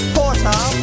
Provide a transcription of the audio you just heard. Porter